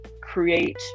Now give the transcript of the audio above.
create